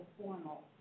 formal